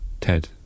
Ted